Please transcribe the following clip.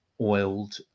oiled